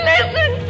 Listen